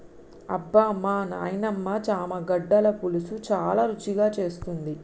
అబ్బమా నాయినమ్మ చామగడ్డల పులుసు చాలా రుచిగా చేస్తుంది